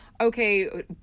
okay